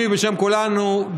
בשמי ובשם כולנו.